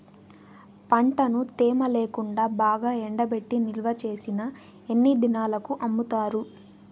పంటను తేమ లేకుండా బాగా ఎండబెట్టి నిల్వచేసిన ఎన్ని దినాలకు అమ్ముతారు?